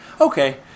Okay